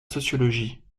sociologie